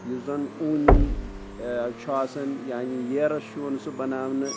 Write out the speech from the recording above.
یُس زَن اوٗنی چھُ آسَان یعنے یِیرَس چھُ یِوان سُہ بناونہٕ